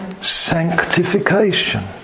Sanctification